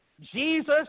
Jesus